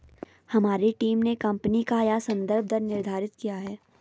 हमारी टीम ने कंपनी का यह संदर्भ दर निर्धारित किया है